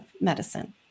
medicine